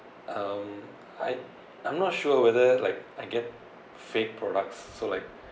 um I I'm not sure whether like I get fake products so like